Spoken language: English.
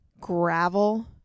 gravel